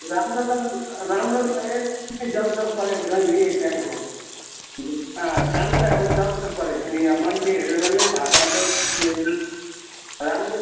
राम्रो त राम्रो त एकदम जग् जग् परेको छ नि त्यहाँ अब काम त अब जग् जग् परेको छ नि अब मान्छे हेरेर नै थाहा पाउँछ नि राम्रो